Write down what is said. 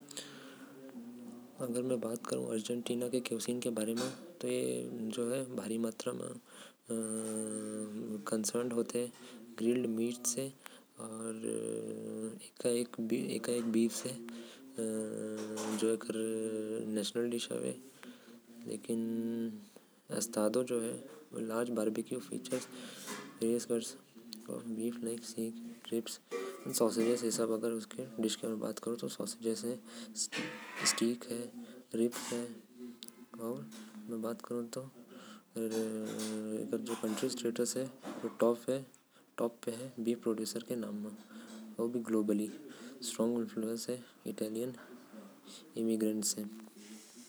अर्जेंटीना के बात करब तो ए हर सबसे बड़ा बीफ़ खाये वाला जगह हवे। जहा के मन बीफ़ खाथे अउ यहाँ के राष्ट्रीय खाना एमन के असादो हवे। एहि सब वहा के लोग मन ज्यादा खाथे।